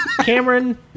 Cameron